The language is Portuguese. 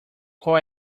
qual